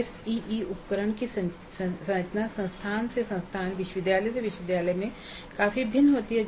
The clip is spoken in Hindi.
एसईई उपकरण की संरचना संस्थान से संस्थान विश्वविद्यालय से विश्वविद्यालय में काफी भिन्न होती है